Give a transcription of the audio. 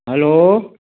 hello